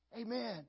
Amen